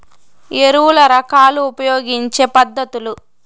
ఎరువుల రకాలు ఉపయోగించే పద్ధతులు?